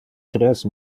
tres